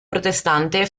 protestante